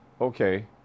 Okay